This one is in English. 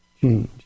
change